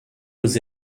was